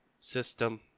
system